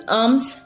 arms